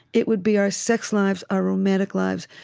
it would be our sex lives, our romantic lives,